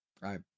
right